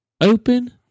Open